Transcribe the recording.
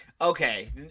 Okay